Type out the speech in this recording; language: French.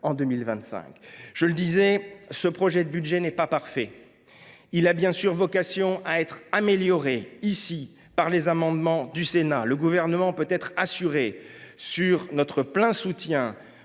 en 2025. Je le disais, ce projet de budget n’est pas parfait. Il a bien sûr vocation à être amélioré par les amendements du Sénat. Le Gouvernement peut être assuré non seulement de notre plein soutien